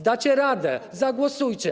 Dacie radę, zagłosujcie.